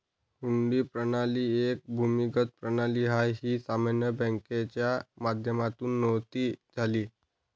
हुंडी प्रणाली एक भूमिगत प्रणाली आहे, ही सामान्य बँकिंगच्या माध्यमातून नव्हती झाली